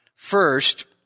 First